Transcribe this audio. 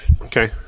okay